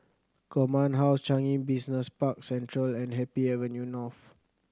Command House Changi Business Park Central and Happy Avenue North